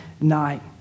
night